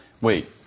Wait